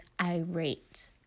irate